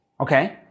Okay